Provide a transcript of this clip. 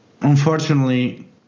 Unfortunately